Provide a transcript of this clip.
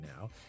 now